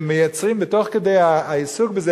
שסיפרו בעצמם שתוך כדי העיסוק בזה